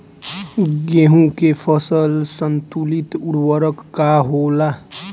गेहूं के फसल संतुलित उर्वरक का होला?